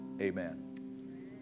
Amen